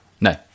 No